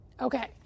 okay